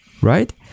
right